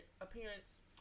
appearance